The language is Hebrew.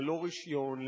ללא רשיון,